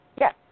Yes